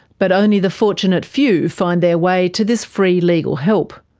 but only the fortunate few find their way to this free legal help.